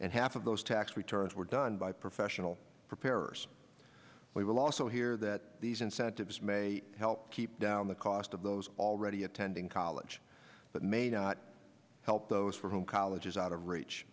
and half of those tax returns were done by professional preparers we will also hear that these incentives may help keep down the cost of those already attending college but may not help those for whom college is out of reach